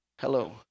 hello